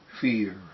fear